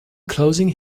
closing